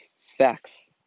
facts